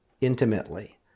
intimately